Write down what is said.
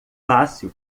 fácil